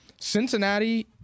Cincinnati